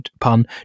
pun